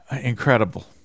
incredible